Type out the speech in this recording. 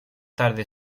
tarde